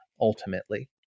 ultimately